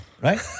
Right